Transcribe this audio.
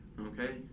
Okay